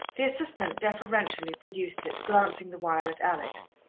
the assistant deferentially produced it, glancing the while at alex.